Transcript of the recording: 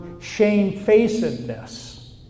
shamefacedness